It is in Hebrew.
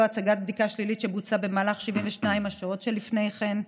הצגת בדיקה שלילית שבוצעה במהלך 72 השעות שלפני כן,